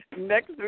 Next